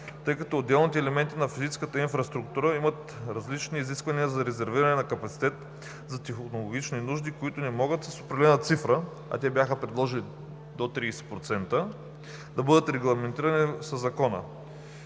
2014/61. Отделните елементи на физическата инфраструктура имат различни изисквания за резервиране на капацитет за технологичните нужди, които не могат с определена цифра – а те бяха предложили до 30%, да бъдат регламентирани със Закона.